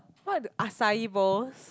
what acai bowls